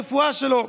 ברפואה שלו.